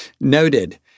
noted